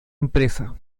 empresa